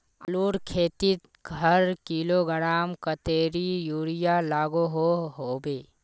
आलूर खेतीत हर किलोग्राम कतेरी यूरिया लागोहो होबे?